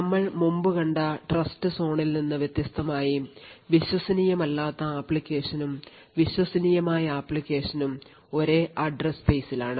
നമ്മൾ മുമ്പ് കണ്ട ട്രസ്റ്റ്സോണിൽ നിന്ന് വ്യത്യസ്തമായി വിശ്വസനീയമല്ലാത്ത ആപ്ലിക്കേഷനും വിശ്വസനീയമായ ആപ്ലിക്കേഷനും ഒരേ address space ലാണ്